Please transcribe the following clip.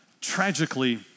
tragically